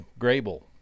grable